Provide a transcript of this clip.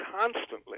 constantly